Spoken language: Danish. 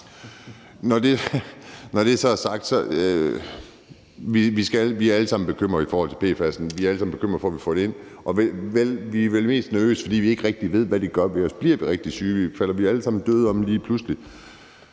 Når det så er sagt, er vi alle sammen bekymrede i forhold til PFAS'en. Vi er alle sammen bekymrede for, at vi får det ind, og vi er vel mest af alt nervøse, fordi vi ikke rigtig ved, hvad det gør ved os, altså om vi bliver rigtig syge af det, eller om vi alle sammen lige pludselig